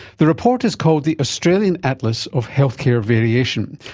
the report is called the australian atlas of healthcare variation.